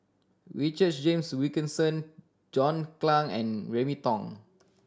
Richard James Wilkinson John Clang and Remy Ong